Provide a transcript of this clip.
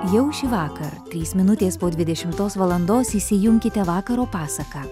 jau šįvakar trys minutės po dvidešimtos valandos įsijunkite vakaro pasaką